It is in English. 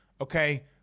Okay